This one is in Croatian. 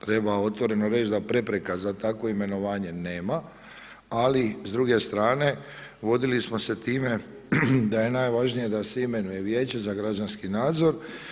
Treba otvoreno reći da prepreka za takvo imenovanje nema, ali s druge strane vodili smo se time da je najvažnije da se imenuje Vijeće za građanski nadzor.